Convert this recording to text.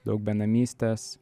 daug benamystės